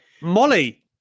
Molly